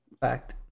Fact